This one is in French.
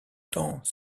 temps